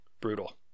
brutal